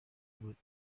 بود